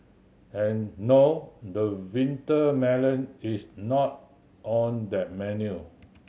and no the winter melon is not on that menu